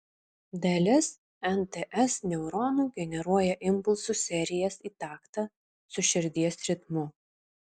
dalis nts neuronų generuoja impulsų serijas į taktą su širdies ritmu